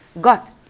got